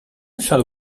shall